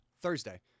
Thursday